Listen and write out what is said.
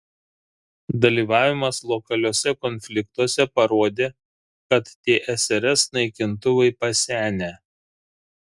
dalyvavimas lokaliuose konfliktuose parodė kad tsrs naikintuvai pasenę